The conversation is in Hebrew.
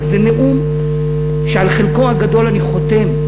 אבל זה נאום שעל חלקו הגדול אני חותם.